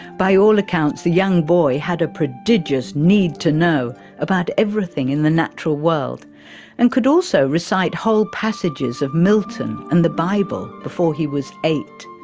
by all accounts, the young boy had a prodigious need to know about everything in the natural world and could also recite whole passages of milton and the bible before he was eight.